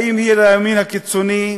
האם היא לימין הקיצוני?